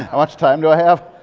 and much time do i have?